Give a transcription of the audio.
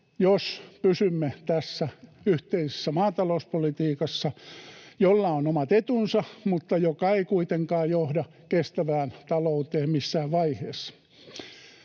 jos pysymme tässä yhteisessä maatalouspolitiikassa, jolla on omat etunsa mutta joka ei kuitenkaan johda kestävään talouteen missään vaiheessa.